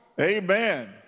Amen